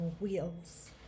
wheels